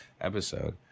episode